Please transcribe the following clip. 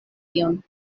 tion